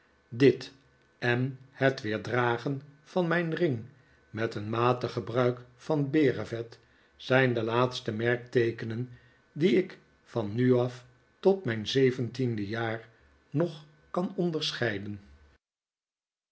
dit en het weer dragen van mijn ring met een matig gebruik van berenvet zijn de laatste merkteekenen die ik van nu af tot mijn zeventiende jaar nog kan onderscheiden